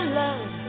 love